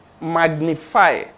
magnify